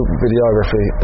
videography